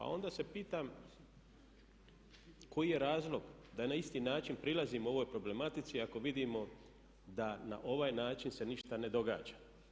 A onda se pitam koji je razlog da na isti način prilazimo ovoj problematici ako vidimo da na ovaj način se ništa ne događa.